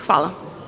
Hvala.